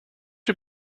you